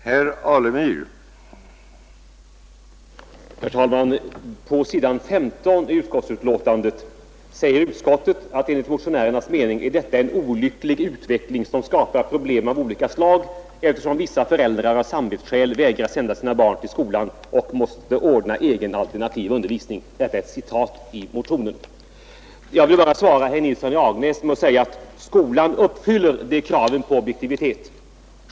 Herr talman! På s. 15 i betänkandet säger utskottet att enligt motionärernas mening ”är detta en olycklig utveckling som skapar problem av olika slag eftersom vissa föräldrar av samvetsskäl vägrar sända sina barn till skolan och måste ordna egen alternativ undervisning”. Detta är ett citat ur motionen. Jag vill bara svara herr Nilsson i Agnäs att skolan uppfyller kraven på objektivitet.